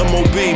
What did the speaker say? Mob